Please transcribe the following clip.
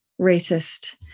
racist